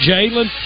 Jalen